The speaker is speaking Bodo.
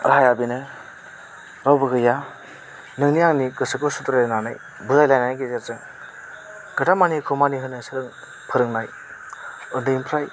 राहाया बेनो रावबो गैया नोंनि आंनि गोसोखौ सुद्राइनानै बुजायलायनायनि गेजेरजों खोथा मानियिखौ मानि होनो सोलों फोरोंनाय ओन्दैनिफ्राइ